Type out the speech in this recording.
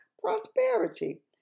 prosperity